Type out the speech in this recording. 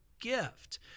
gift